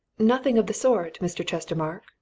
nothing of the sort, mr. chestermarke!